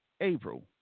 April